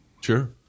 Sure